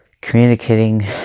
communicating